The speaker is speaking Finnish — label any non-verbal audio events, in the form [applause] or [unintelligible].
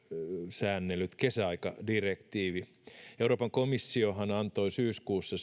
säännellyt kesäaikadirektiivi euroopan komissiohan antoi syyskuussa [unintelligible]